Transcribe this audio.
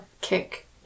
kick